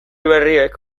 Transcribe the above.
berriek